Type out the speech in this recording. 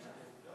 כך חשבנו, לא